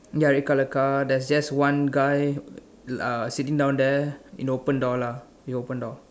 ya red colour car there's just one guy uh sitting down there in the open door lah the open door